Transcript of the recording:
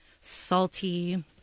salty